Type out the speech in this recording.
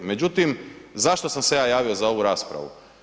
Međutim, zašto sam se ja javio za ovu raspravu?